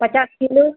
पचास किलो